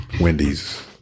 Wendy's